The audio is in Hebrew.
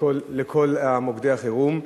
לכל מוקדי החירום.